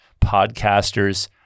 podcasters